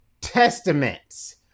testaments